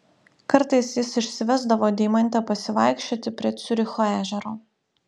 kartais jis išsivesdavo deimantę pasivaikščioti prie ciuricho ežero